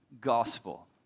Gospel